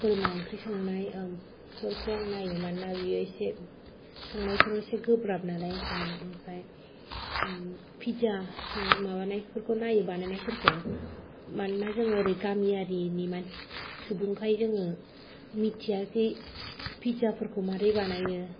बोरमा ओंख्रि संनायफोरखौ आं नायो मानोना बियो एसे संनायफोराव एसे गोब्राब नालाय ओंखायनो ओमफ्राय पिज्जा माबानायफोरखौ नायो बानायनायफोरखौ मानोना जों ओरै गामियारिनि सुबुंखाय जोङो मिन्थिया जे पिज्जाफोरखौ मारै बानायो